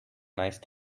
nice